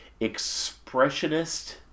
expressionist